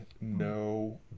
no